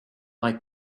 like